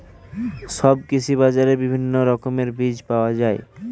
সব কৃষি বাজারে বিভিন্ন রকমের বীজ পাওয়া যায়